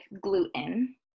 gluten